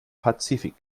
pazifik